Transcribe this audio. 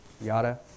Yada